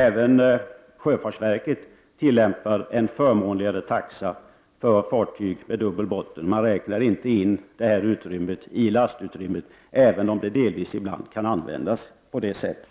Även sjöfartsverket tillämpar en förmånligare taxa för fartyg med dubbel botten. Man räknar inte in detta utrymme i lastutrymmet även om det delvis kan användas på det sättet.